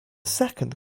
second